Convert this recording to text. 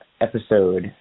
episode